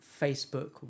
Facebook